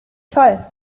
toll